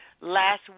last